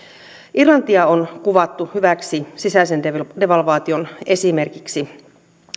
irlantia on kuvattu hyväksi sisäisen devalvaation esimerkiksi